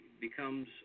becomes